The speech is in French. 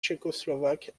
tchécoslovaques